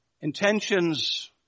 intentions